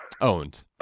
owned